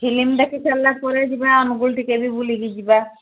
film ଦେଖି ସାରିଲା ପରେ ଯିବା ଅନୁଗୋଳ ଟିକେ ବି ବୁଲିକି ଯିବା